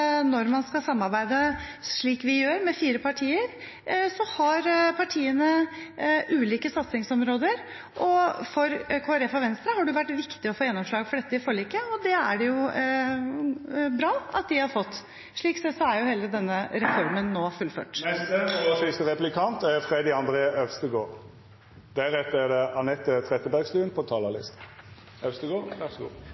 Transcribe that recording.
når fire partier skal samarbeide, slik vi gjør, har partiene ulike satsingsområder. For Kristelig Folkeparti og Venstre har det vært viktig å få gjennomslag for dette i forliket, og det er det bra at de har fått. Sånn sett er hele denne reformen nå fullført. En av de viktigste kulturinstitusjonene som nå lever med kniven på strupen, er Forsvarets musikk. Over 20 pst. av alle profesjonelle stillinger innen slagverk og blåsere i Norge er